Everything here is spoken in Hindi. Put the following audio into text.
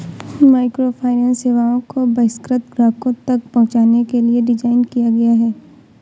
माइक्रोफाइनेंस सेवाओं को बहिष्कृत ग्राहकों तक पहुंचने के लिए डिज़ाइन किया गया है